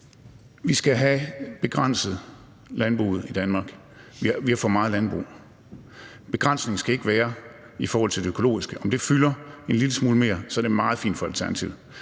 Vi skal have begrænset landbruget i Danmark. Vi har for meget landbrug. Begrænsningen skal ikke være på det økologiske. Selv om det fylder en lille smule mere, er det meget fint for Alternativet.